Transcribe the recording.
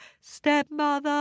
stepmother